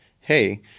hey